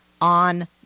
on